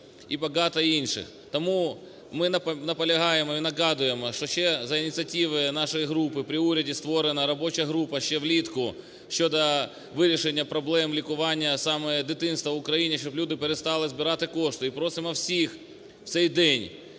і багато інших. Тому ми наполягаємо і нагадуємо, що ще за ініціативи нашої групи при уряді створена робоча група, ще влітку, щодо вирішення проблем лікування саме дитинства в Україні, щоб люди перестали збирати кошти. І просимо всіх у цей день